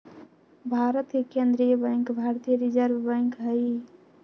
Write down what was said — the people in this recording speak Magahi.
भारत के केंद्रीय बैंक भारतीय रिजर्व बैंक हइ